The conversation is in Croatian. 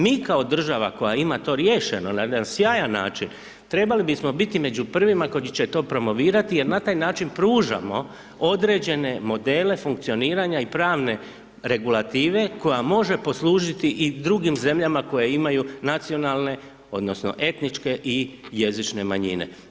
Mi kao država koja ima to riješeno na jedan sjajan način, trebali bismo biti među prvima koji će to promovirati, jer na taj način pružamo određene modele funkcioniranja i pravne regulative koja može poslužiti i drugim zemljama koje imaju nacionalne odnosno etničke i jezične manjine.